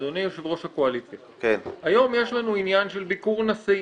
אדוני יושב-ראש הקואליציה היום יש לנו של ביקור נשיא.